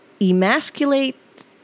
emasculate